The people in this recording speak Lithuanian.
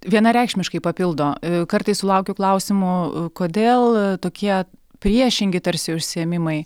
vienareikšmiškai papildo kartais sulaukiu klausimų kodėl tokie priešingi tarsi užsiėmimai